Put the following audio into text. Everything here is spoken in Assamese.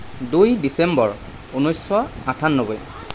দুই ডিচেম্বৰ ঊনৈছশ আঠান্নব্বৈ